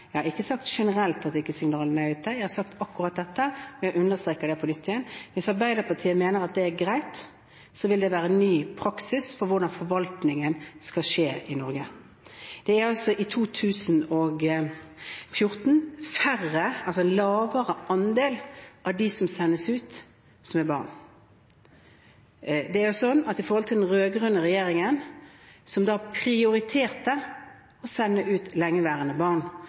Jeg har ikke sagt generelt at ikke signalene er ute, jeg har sagt akkurat dette, og jeg understreker det på nytt. Hvis Arbeiderpartiet mener at det er greit, vil det være en ny praksis for hvordan forvaltningen skal skje i Norge. Det var i 2014 en lavere andel av dem som ble sendt ut, som var barn. I forhold til den rød-grønne regjeringen, som prioriterte å sende ut lengeværende barn,